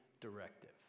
directive